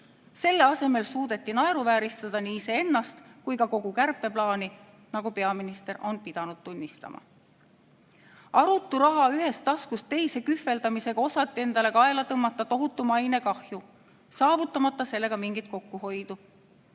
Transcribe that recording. Selle asemel suudeti naeruvääristada nii iseennast kui ka kogu kärpeplaani, nagu peaminister on pidanud tunnistama. Arutu raha ühest taskust teise kühveldamisega osati endale kaela tõmmata tohutu mainekahju, saavutamata sellega mingit kokkuhoidu.